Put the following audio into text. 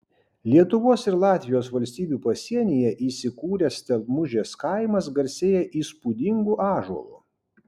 lietuvos ir latvijos valstybių pasienyje įsikūręs stelmužės kaimas garsėja įspūdingu ąžuolu